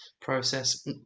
process